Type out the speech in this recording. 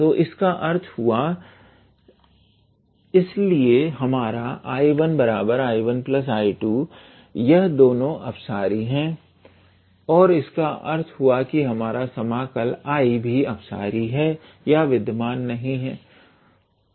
तो इसका अर्थ हुआ इसलिए हमारा 𝐼𝐼1𝐼2 यह दोनों अपसारी हैं और इस अर्थ हुआ कि हमारा समाकल I भी अपसारी है या विद्यमान नहीं है